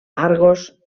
argos